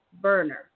burner